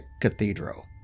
Cathedral